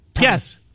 Yes